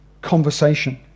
conversation